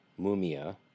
Mumia